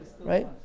right